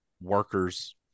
workers